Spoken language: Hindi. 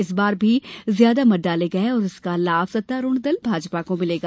इस बार भी ज्यादा मत डाले गए और इसका लाभ सत्तारूढ़ दल भाजपा को मिलेगा